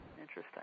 Interesting